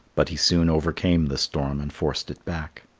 but he soon overcame the storm and forced it back.